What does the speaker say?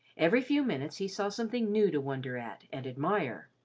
every few minutes he saw something new to wonder at and admire.